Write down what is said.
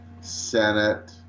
Senate